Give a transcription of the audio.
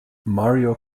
mario